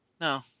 No